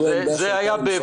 כן, סגן השר, זה היה באבולוציה.